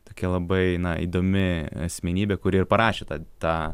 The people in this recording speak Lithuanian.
tokia labai įdomi asmenybė kuri ir parašė ta tą